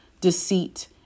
deceit